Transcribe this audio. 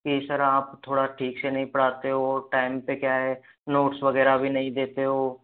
कि सर आप थोड़ा ठीक से नहीं पढ़ाते हो और टाइम पर क्या है नोट्स वगैरह भी नहीं देते हो